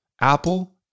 Apple